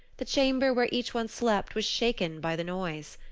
the chamber where each one slept was shaken by the noise.